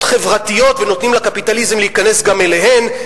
חברתיות ונותנים לקפיטליזם להיכנס גם אליהן,